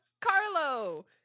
Carlo